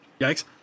yikes